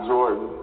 Jordan